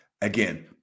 Again